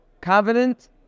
covenant